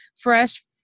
fresh